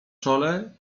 czole